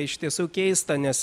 iš tiesų keista nes